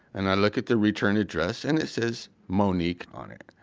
and i look at the return address and it says monique on it.